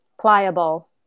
pliable